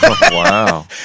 Wow